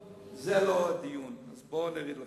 זה לא הדיון, אז בואו אני אגיד לכם.